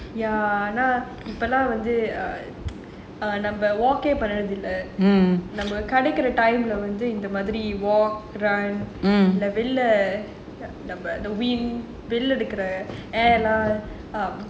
ஆனா இப்ப எல்லா வந்து நம்ம:aanaa ippa ella vanthu namma walking பண்றதே இல்ல நம்ம கிடைக்குற:pandrathae illa namma kidaikura time வந்து இந்த மாதிரி:vanthu intha maathiri walk run the wind air lah